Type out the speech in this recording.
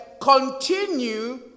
continue